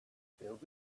filled